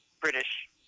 British